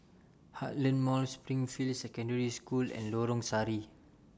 Heartland Mall Springfield Secondary School and Lorong Sari